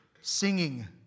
singing